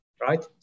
right